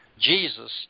Jesus